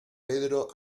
pedro